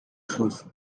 shoes